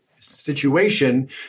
situation